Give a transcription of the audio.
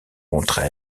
contre